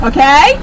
Okay